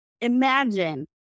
Imagine